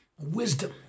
wisdom